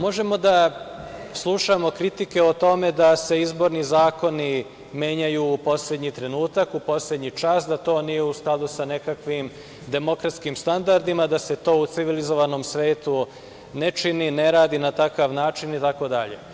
Možemo da slušamo kritike o tome da se izborni zakoni menjaju u poslednji trenutak, u poslednji čas, da to nije u skladu sa nekakvim demokratskim standardima, da se to u civilizovanom svetu ne čini, ne radi na takav način, itd.